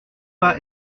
pas